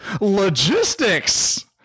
logistics